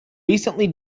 recently